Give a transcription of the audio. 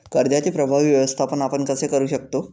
कर्जाचे प्रभावी व्यवस्थापन आपण कसे करु शकतो?